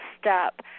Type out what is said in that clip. step